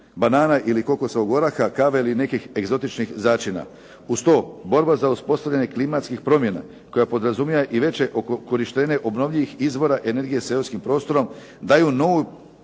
banana ili kokosovog oraha, kave ili nekih egzotičnih začina. Uz to borba za uspostavljanje klimatskih promjena koja podrazumijeva i veće korištenje obnovljivih izvora energije seoskim prostorom daju novu